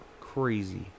crazy